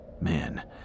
man